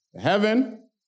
Heaven